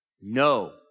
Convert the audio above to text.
No